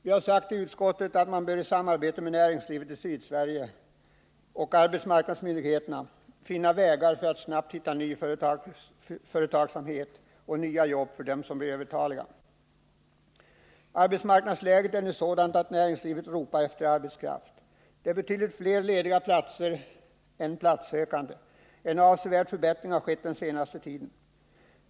I utskottet har vi sagt att man i samarbete med näringslivet i Sydsverige och arbetsmarknadsmyndigheterna bör försöka finna vägar för att snabbt hitta ny företagsamhet och nya arbeten för de övertaliga arbetarna. Arbetsmarknadsläget är nu sådant att näringslivet ropar efter arbetskraft. Det är betydligt flera lediga platser än platssökande. En avsevärd förbättring har skett under den senaste tiden.